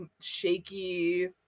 Shaky